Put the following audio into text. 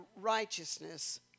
righteousness